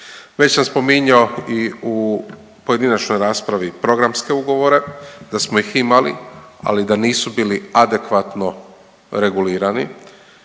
Već sam spominjao i u pojedinačnoj raspravi programske ugovore, da smo ih imali, ali da nisu bili adekvatno regulirani,